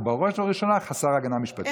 ובראש ובראשונה חסר הגנה משפטית.